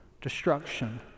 destruction